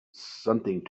something